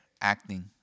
acting